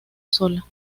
sola